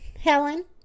Helen